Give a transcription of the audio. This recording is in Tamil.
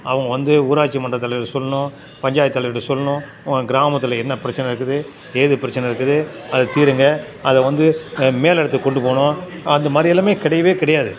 அவங்க வந்து ஊராட்சி மன்ற தலைவர் சொல்லணும் பஞ்சாயத்து தலைவர்கிட்ட சொல்லணும் உங்கள் கிராமத்தில் என்ன பிரச்சின இருக்குது ஏது பிரச்சின இருக்குது அதை தீருங்கள் அதை வந்து மேல் இடத்துக்கு கொண்டு போகணும் அந்த மாதிரியெல்லாமே கிடையவே கிடையாது